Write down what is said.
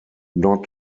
not